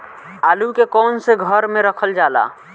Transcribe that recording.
आलू के कवन से घर मे रखल जाला?